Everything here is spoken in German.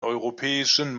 europäischen